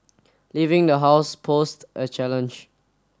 leaving the house posed a challenge